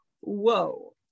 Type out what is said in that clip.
whoa